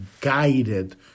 guided